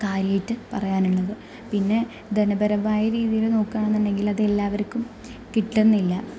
കാര്യമായിട്ട് പറയാനുള്ളത് പിന്നെ ധനപരമായ രീതീയിൽ നോക്ക്വാണെന്നുണ്ടെങ്കിൽ അതെല്ലാവർക്കും കിട്ടുന്നില്ല